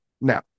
Now